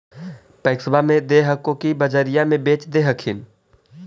पैक्सबा मे दे हको की बजरिये मे बेच दे हखिन?